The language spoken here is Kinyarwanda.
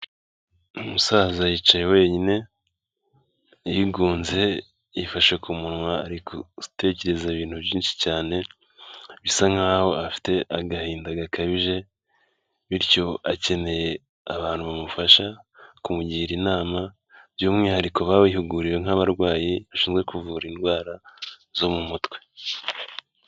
Umusaza yicaye wenyine yigunze yifashe ku munwa ari gutekereza ibintu byinshi cyane, bisa nk'aho afite agahinda gakabije bityo akeneye abantu bamufasha kumugira inama, by'umwihariko ababihuguriwe nk'abarwayi bashinzwe kuvura indwara zo mu mutwe.